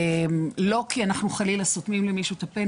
לא כי אנחנו חלילה סותמים למישהו את הפה.